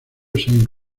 saint